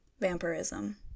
Vampirism